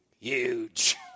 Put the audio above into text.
Huge